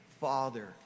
father